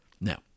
Now